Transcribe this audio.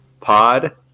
pod